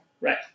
Right